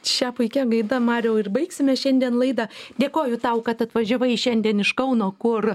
šia puikia gaida mariau ir baigsime šiandien laidą dėkoju tau kad atvažiavai šiandien iš kauno kur